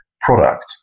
product